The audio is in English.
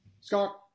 Scott